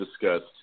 discussed